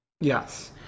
Yes